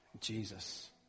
Jesus